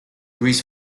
luís